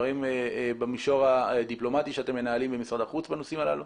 דברים במישור הדיפלומטי שאתם מנהלים במשרד החוץ בנושאים הללו?